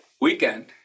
weekend